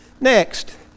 Next